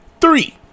three